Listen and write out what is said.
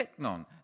technon